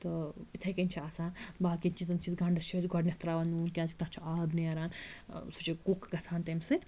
تہٕ یِتھَے کٔنۍ چھِ آسان باقٕیَن چیٖزَن چھِ أسۍ گَنڈَس چھِ أسۍ گۄڈنٮ۪تھ ترٛاوان نوٗن کیٛازِکہِ تَتھ چھُ آب نیران سُہ چھُ کُک گَژھان تمہِ سۭتۍ